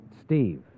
Steve